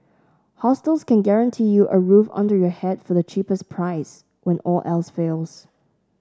hostels can guarantee you a roof under your head for the cheapest price when all else fails